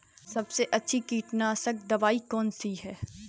सबसे अच्छी कीटनाशक दवाई कौन सी है?